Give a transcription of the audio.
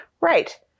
Right